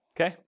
Okay